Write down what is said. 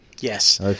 yes